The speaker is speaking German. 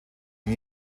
den